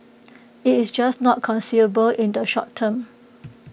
IT is just not conceivable in the short term